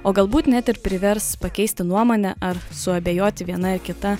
o galbūt net ir privers pakeisti nuomonę ar suabejoti viena ar kita